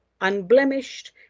unblemished